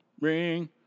ring